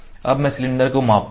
अब मैं सिलेंडर को मापूंगा